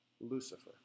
Lucifer